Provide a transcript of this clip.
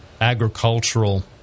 agricultural